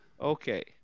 Okay